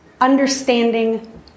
understanding